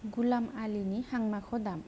गुलाम आलिनि हांमाखौ दाम